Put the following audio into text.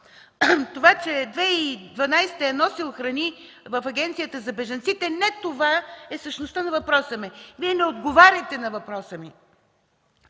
Това, че през 2011 г. е носил храни в Агенцията за бежанците – не това е същността на въпроса ми. Вие не отговаряте на въпроса ми!